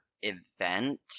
event